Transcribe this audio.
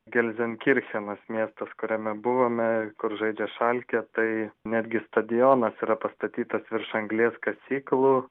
gelzenkirchenas miestas kuriame buvome kur žaidžia šalke tai netgi stadionas yra pastatytas virš anglies kasyklų